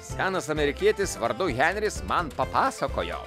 senas amerikietis vardu henris man papasakojo